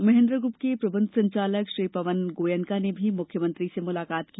Mahindra group के प्रबंध संचालक श्री पवन गोयनका ने भी मुख्यमंत्री से भेंट की